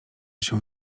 się